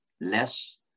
less